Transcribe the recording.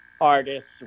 artists